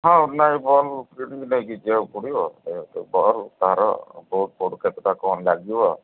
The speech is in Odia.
ହଁ ନାହିଁ ବଲ୍ ବି ନେଇକି ଯିବାକୁ ପଡ଼ିବ ବଲ୍ ତାର ବହୁତ ବୋର୍ଡ଼ କେତେଟା କ'ଣ ଲାଗିବ